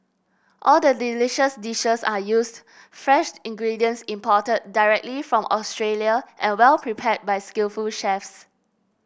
all the delicious dishes are used fresh ingredients imported directly from Australia and well prepared by skillful chefs